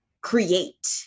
create